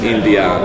India